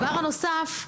דבר נוסף,